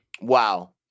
Wow